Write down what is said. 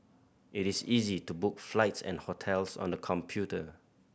it is easy to book flights and hotels on the computer